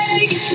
Take